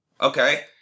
Okay